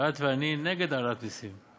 ואת ואני נגד העלאת מסים.